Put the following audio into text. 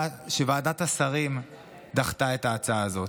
שוועדת השרים דחתה את ההצעה הזאת.